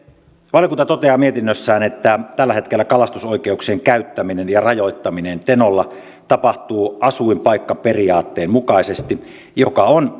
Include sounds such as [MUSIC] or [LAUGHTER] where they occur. valiokunta toteaa mietinnössään että tällä hetkellä kalastusoikeuksien käyttäminen ja rajoittaminen tenolla tapahtuu asuinpaikkaperiaatteen mukaisesti joka on [UNINTELLIGIBLE]